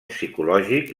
psicològic